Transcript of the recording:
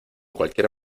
cualquier